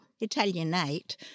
Italianate